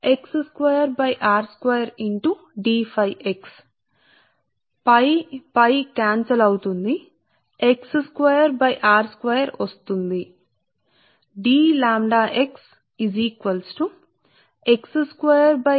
కాబట్టి ఆ సందర్భం లో అప్పుడు ఏమి జరుగుతుంది అప్పుడు ఫ్లక్స్ అనుసంధానించినది ఇది పాక్షికమైన మార్పు కాబట్టి ఫ్లక్స్ లింకేజ్ d x అవుతుంది వాస్తవానికి ఇది పాక్షికంగా మార్పుD phi x కు మారుతుందిసరే